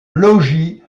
logis